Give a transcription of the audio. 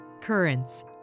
Currents